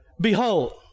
Behold